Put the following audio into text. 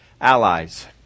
allies